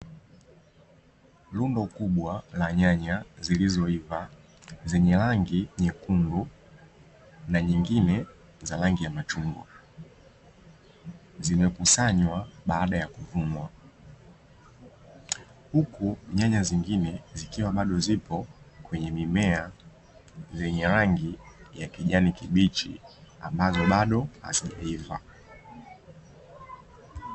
Rundo kubwa la nyanya zilizoiva zenye rangi nyekundu na nyingine za rangi ya machungwa zinakusanywa baada ya kuvunwa huku nyanya zingine zikiwa bado zipo kwenye mimea zenye rangi ya kijani kibichi ambazo bado hazijaiva.